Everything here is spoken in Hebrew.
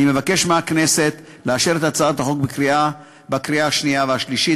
אני מבקש מהכנסת לאשר את הצעת החוק בקריאה שנייה ושלישית,